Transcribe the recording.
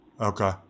Okay